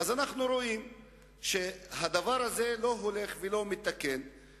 אנו רואים שהדבר הזה לא הולך ולא מיתקן,